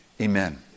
amen